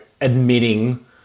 admitting